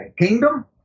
Kingdom